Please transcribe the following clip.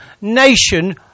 nation